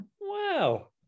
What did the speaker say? Wow